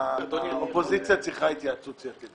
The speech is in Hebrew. האופוזיציה צריכה התייעצות סיעתית.